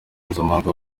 mpuzamahanga